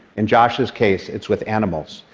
in josh's case, it's with animals,